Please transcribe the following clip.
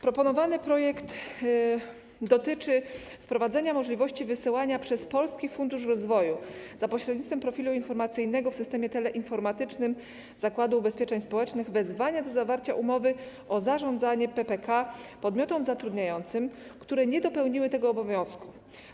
Proponowany projekt dotyczy wprowadzenia możliwości wysyłania przez Polski Fundusz Rozwoju za pośrednictwem profilu informacyjnego w systemie teleinformatycznym Zakładu Ubezpieczeń Społecznych wezwania do zawarcia umowy o zarządzanie PPK podmiotom zatrudniającym, które nie dopełniły tego obowiązku.